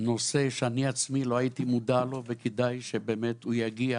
נושא שאני עצמי לא הייתי מודע לו וכדאי שבאמת הוא יגיע